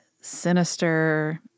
sinister